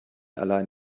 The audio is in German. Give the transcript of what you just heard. allein